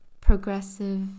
progressive